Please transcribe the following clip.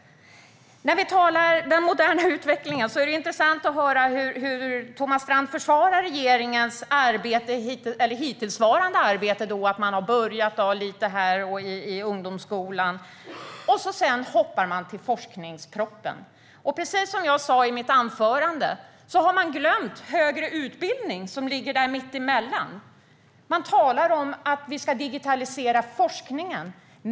När vi talar om den moderna utvecklingen är det intressant att höra hur Thomas Strand försvarar regeringens hittillsvarande arbete. Man har börjat lite i ungdomsskolan. Sedan hoppar man till forskningspropositionen. Precis som jag sa i mitt anförande har man glömt högre utbildning som ligger mittemellan. Man talar om att vi ska digitalisera forskningen.